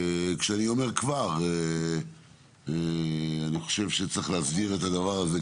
אני חושב שכבר צריך להסדיר גם את הדבר הזה,